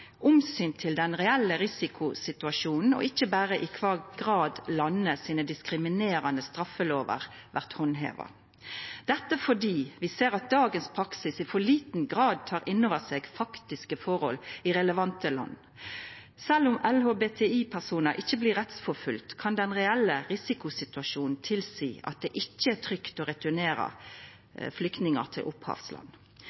til den reelle risikosituasjonen, og ikke bare i hvilken grad landets diskriminerende straffelover håndheves.» Dette fordi vi ser at dagens praksis i for liten grad tek inn over seg faktiske forhold i relevante land. Sjølv om LHBTI-personar ikkje blir rettsforfølgde, kan den reelle risikosituasjonen tilseia at det ikkje er trygt å